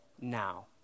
now